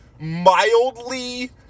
mildly